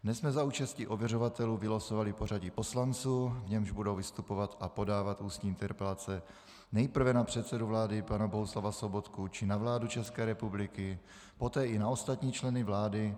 Dnes jsme za účasti ověřovatelů vylosovali pořadí poslanců, v němž budou vystupovat a podávat ústní interpelace nejprve na předsedu vlády pana Bohuslava Sobotku či na vládu ČR, poté i na ostatní členy vlády.